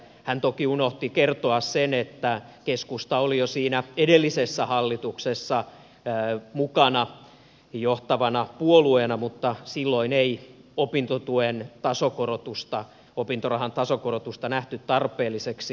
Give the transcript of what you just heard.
hän toki unohti kertoa sen että keskusta oli jo siinä edellisessä hallituksessa mukana johtavana puolueena mutta silloin ei opintorahan tasokorotusta nähty tarpeelliseksi